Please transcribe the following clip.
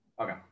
okay